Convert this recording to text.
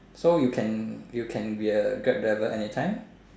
so you can you can be a Grab driver anytime